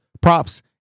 props